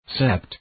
Sept